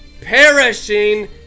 perishing